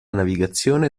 navigazione